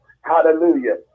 hallelujah